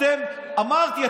אמרתי,